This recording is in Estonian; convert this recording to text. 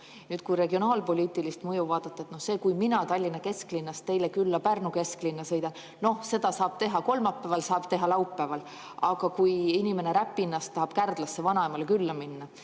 kokku. Kui regionaalpoliitilist mõju vaadata, siis kui mina Tallinna kesklinnast teile Pärnu kesklinna külla sõidan, siis seda saab teha kolmapäeval, saab teha laupäeval. Aga kui inimene Räpinast tahab Kärdlasse vanaemale külla minna,